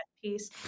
piece